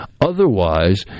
Otherwise